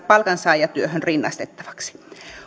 palkansaajatyöhön rinnastettavaksi